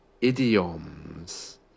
idioms